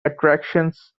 attractions